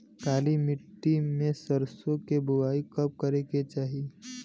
काली मिट्टी में सरसों के बुआई कब करे के चाही?